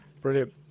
Brilliant